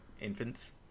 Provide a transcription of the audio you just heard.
infants